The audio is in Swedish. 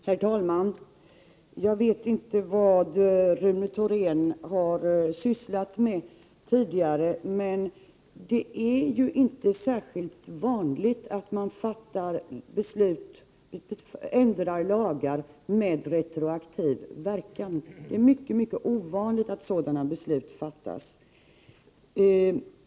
Herr talman! Jag vet inte vad Rune Thorén har sysslat med tidigare, men det är inte särskilt vanligt att man ändrar lagar med retroaktiv verkan. Det är tvärtom mycket mycket ovanligt att sådana beslut fattas.